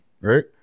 Right